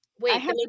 wait